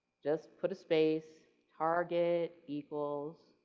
just put a space, target, equals,